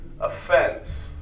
offense